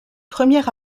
première